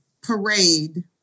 parade